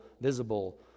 visible